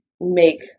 make